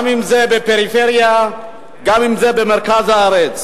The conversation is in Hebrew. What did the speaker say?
גם אם זה בפריפריה וגם אם זה במרכז הארץ.